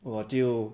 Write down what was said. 我就